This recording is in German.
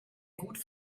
gut